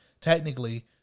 technically